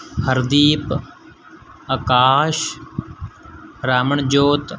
Hardeep Akash Raman Jot